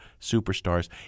superstars